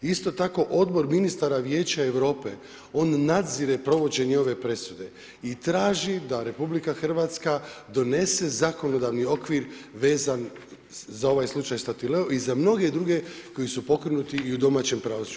I isto tako Odbor ministara Vijeća Europe, on nadzire provođenje ove presude i traži da RH donese zakonodavni okvir vezan za ovaj slučaj STatileo i za mnoge druge koji su pokrenuti i u domaćem pravcu.